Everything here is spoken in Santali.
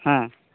ᱦᱮᱸ